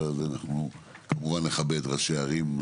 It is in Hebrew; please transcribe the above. אנחנו כמובן נכבד ראשי ערים,